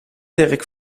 dirk